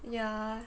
ya